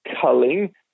culling